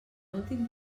últim